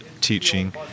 teaching